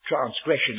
transgression